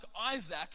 Isaac